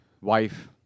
wife